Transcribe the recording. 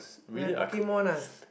like Pokemon ah